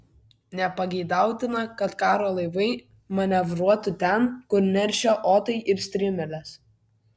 nepageidautina kad karo laivai manevruotų ten kur neršia otai ir strimelės